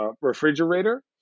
refrigerator